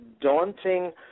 daunting